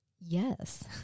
yes